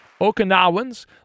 Okinawans